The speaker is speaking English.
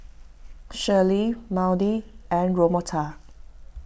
Shirleen Maude and Roberta